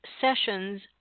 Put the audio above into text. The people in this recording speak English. sessions